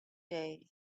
day